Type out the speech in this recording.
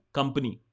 company